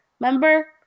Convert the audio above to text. Remember